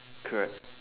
correct